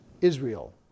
Israel